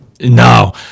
No